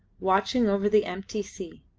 watching over the empty sea.